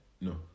No